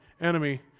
enemy